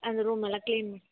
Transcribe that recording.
அந்த ரூம் எல்லாம் கிளீன்